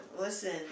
Listen